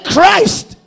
Christ